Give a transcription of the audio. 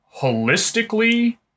holistically